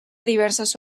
diverses